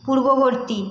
পূর্ববর্তী